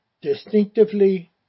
distinctively